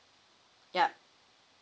yup